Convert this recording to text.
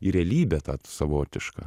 į realybę tą savotišką